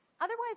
Otherwise